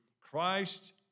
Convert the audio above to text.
Christ